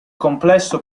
complesso